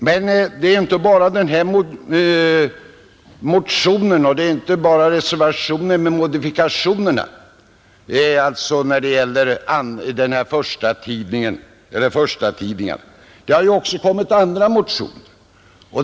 Men det är inte bara fråga om denna motion och reservation som önskar modifikationer när det gäller förstatidningar. Det har också kommit andra motioner.